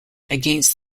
against